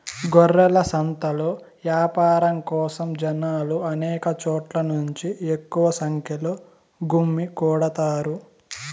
గొర్రెల సంతలో యాపారం కోసం జనాలు అనేక చోట్ల నుంచి ఎక్కువ సంఖ్యలో గుమ్మికూడతారు